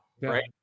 right